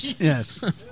Yes